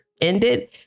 ended